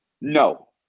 No